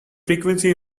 frequency